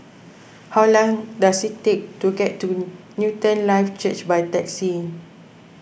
how long does it take to get to Newton Life Church by taxi